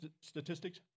statistics